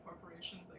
corporations